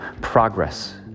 progress